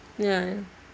ya